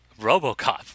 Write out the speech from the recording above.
Robocop